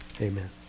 amen